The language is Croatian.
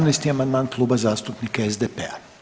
17. amandman Kluba zastupnika SDP-a.